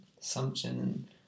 assumption